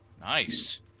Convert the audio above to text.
Nice